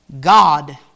God